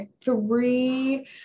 three